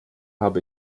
habe